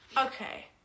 Okay